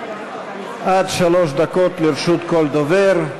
עד שלוש דקות לרשות כל דובר.